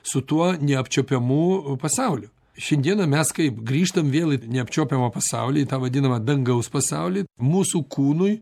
su tuo neapčiuopiamu pasauliu šiandieną mes kaip grįžtam vėl į neapčiuopiamą pasaulį į tą vadinamą dangaus pasaulį mūsų kūnui